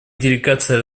делегация